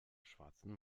schwarzen